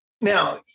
now